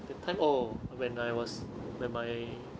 that time oh when I was when my